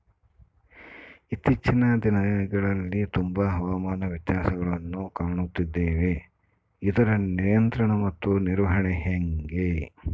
ಇತ್ತೇಚಿನ ದಿನಗಳಲ್ಲಿ ತುಂಬಾ ಹವಾಮಾನ ವ್ಯತ್ಯಾಸಗಳನ್ನು ಕಾಣುತ್ತಿದ್ದೇವೆ ಇದರ ನಿಯಂತ್ರಣ ಮತ್ತು ನಿರ್ವಹಣೆ ಹೆಂಗೆ?